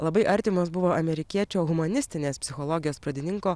labai artimos buvo amerikiečio humanistinės psichologijos pradininko